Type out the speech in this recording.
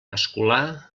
escolà